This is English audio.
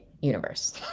universe